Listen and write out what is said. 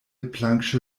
plancksche